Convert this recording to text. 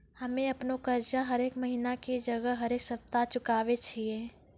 हम्मे अपनो कर्जा हरेक महिना के जगह हरेक सप्ताह चुकाबै छियै